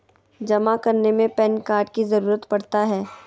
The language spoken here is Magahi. जमा करने में पैन कार्ड की जरूरत पड़ता है?